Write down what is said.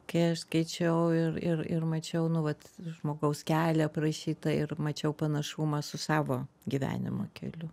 kai aš skaičiau ir ir ir mačiau nu vat žmogaus kelią aprašytą ir mačiau panašumą su savo gyvenimo keliu